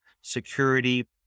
security